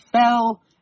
fell